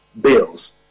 bills